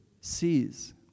sees